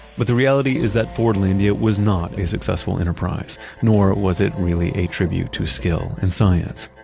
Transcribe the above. but the reality is that fordlandia was not a successful enterprise, nor was it really a tribute to skill and science.